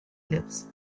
lips